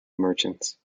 merchants